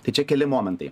tai čia keli momentai